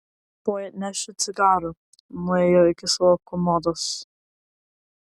tuoj atnešiu cigarų nuėjo iki savo komodos